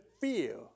fear